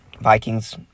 Vikings